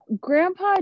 Grandpa